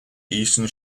eastern